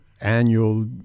annual